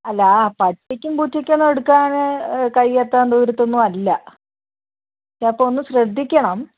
അല്ല പട്ടിക്കും പൂച്ചക്കും ഒന്നും എടുക്കാൻ കൈയെത്താൻ ദൂരത്തൊന്നുമല്ല അപ്പോൾ ഒന്ന് ശ്രദ്ധിക്കണം